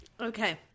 Okay